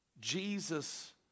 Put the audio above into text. Jesus